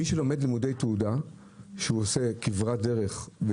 מי שלומד לימודי תעודה שהוא עושה כברת דרך,